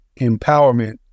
empowerment